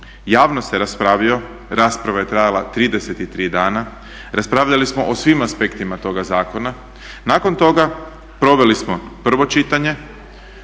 javno se raspravio, rasprava je trajala 33 dana. Raspravljali smo o svim aspektima toga zakona. Nakon toga proveli smo prvo čitanje,